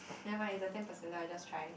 never mind it's the ten percentile just try